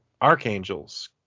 archangels